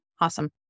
Awesome